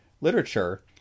literature